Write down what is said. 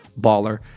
baller